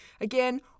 again